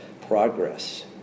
Progress